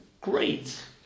great